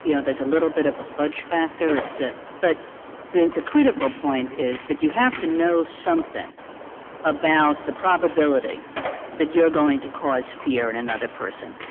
you know a little bit of a fudge factor as to but the the critical point is that you have to know something about the probability that you're going to cause fear in another person.